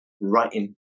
writing